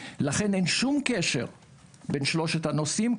לכן אין שום קשר בין שלושת הנושאים.